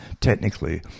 technically